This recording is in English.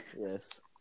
Yes